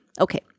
Okay